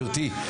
גברתי.